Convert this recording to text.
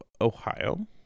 Ohio